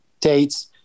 dates